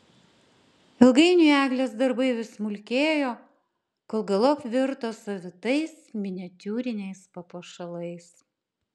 ilgainiui eglės darbai vis smulkėjo kol galop virto savitais miniatiūriniais papuošalais